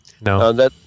No